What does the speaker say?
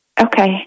Okay